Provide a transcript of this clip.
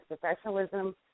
professionalism